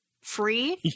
free